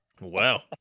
wow